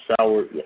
sour